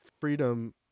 freedom